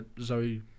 Zoe